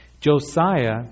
Josiah